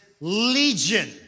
Legion